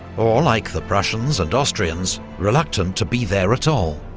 or like the prussians and austrians reluctant to be there at all.